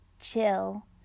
chill